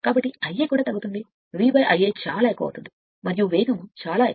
కాబట్టి Ia కూడా తగ్గుతుంది V Ia చాలా పెద్దది మరియు ఉంది మరియు వేగం చాలా ఎక్కువ